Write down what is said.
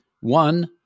One